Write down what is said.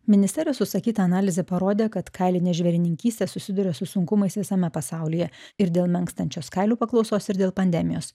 ministerijos užsakyta analizė parodė kad kailinė žvėrininkystė susiduria su sunkumais visame pasaulyje ir dėl menkstančios kailių paklausos ir dėl pandemijos